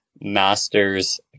master's